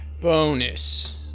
bonus